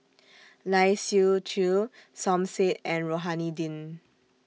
Lai Siu Chiu Som Said and Rohani Din